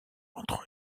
entre